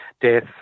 death